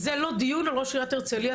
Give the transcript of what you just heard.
לא דיון על ראש עיריית הרצליה,